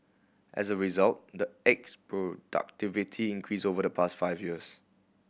as a result eggs productivity increased over the past five years